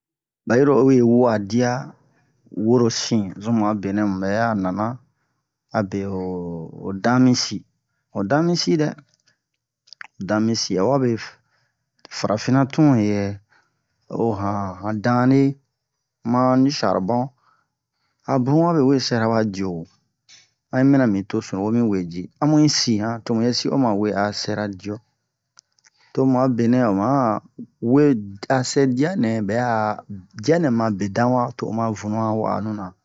ɓa yiro uwe wa'a diya woro sin zun mu a benɛ mu ɓɛ'a nana abe ho ho dan mi sin ho dan mi si dan mi si a wabe farafinna tun we yɛ o han danne ma ni sharbon a bun wabe we sɛra wa diyo wo han yi minna bin to sunuwo mi wee ji a mu yi sii han to muyɛ si oma wee a sɛra diyo to mu a benɛ oma we a sɛ diya nɛ bɛ'a diya nɛ ma be dan wa to o ma vunu han wa'anu na